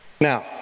Now